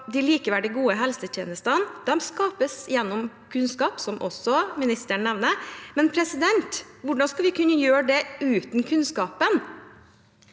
De likeverdige, gode helsetjenestene skapes gjennom kunnskap, som også ministeren nevner, men hvordan skal vi kunne gjøre det uten kunnskapen?